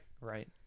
right